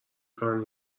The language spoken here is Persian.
کار